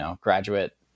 graduate